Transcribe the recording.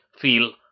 feel